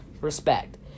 respect